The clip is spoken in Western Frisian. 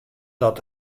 dat